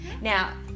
Now